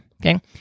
Okay